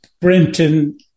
Brenton